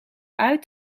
uit